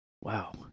Wow